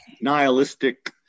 nihilistic